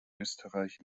österreich